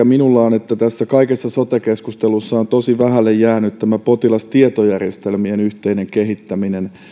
minulla on se huolenaihe että tässä kaikessa sote keskustelussa on tosi vähälle jäänyt potilastietojärjestelmien yhteinen kehittäminen